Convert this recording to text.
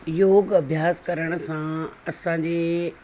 योगु अभ्यासु करण सां असांजे